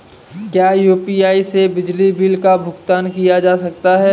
क्या यू.पी.आई से बिजली बिल का भुगतान किया जा सकता है?